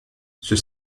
ceux